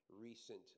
recent